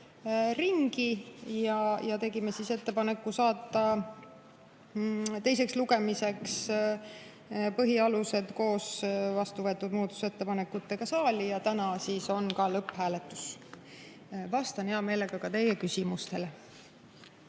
ringi ja tegime ettepaneku saata teiseks lugemiseks põhialused koos vastu võetud muudatusettepanekutega saali. Ja täna on ka lõpphääletus. Vastan hea meelega teie küsimustele.